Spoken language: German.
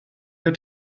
der